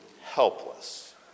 helpless